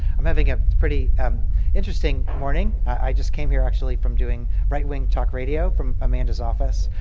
i'm having a pretty um interesting morning. i just came here actually from doing right wing talk radio from amanda's office.